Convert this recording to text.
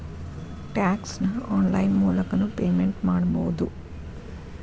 tax ನ online ಮೂಲಕನೂ payment ಮಾಡಬೌದು